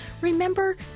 remember